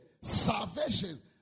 salvation